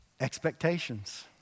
Expectations